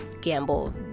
gamble